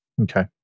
Okay